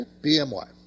BMY